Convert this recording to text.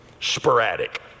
sporadic